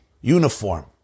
uniform